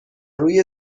روی